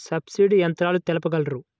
Subsidy యంత్రాలు తెలుపగలరు?